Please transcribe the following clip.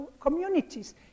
communities